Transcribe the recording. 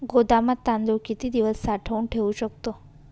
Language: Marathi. गोदामात तांदूळ किती दिवस साठवून ठेवू शकतो?